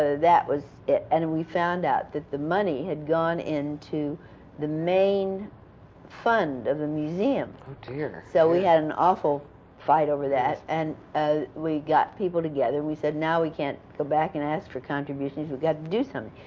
ah that was it. and and we found out that the money had gone into the main fund of the museum yeah so we had an awful fight over that, and ah we got people together, and we said, now we can't go back and ask for contributions we've got to do something.